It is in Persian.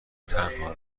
تنها